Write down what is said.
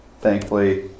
thankfully